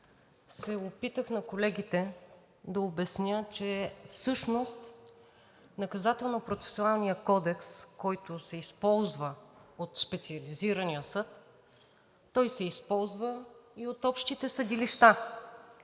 се опитах да обясня на колегите, че всъщност Наказателно-процесуалният кодекс, който се използва от Специализирания съд, той се използва и от общите съдилища.